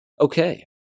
Okay